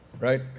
right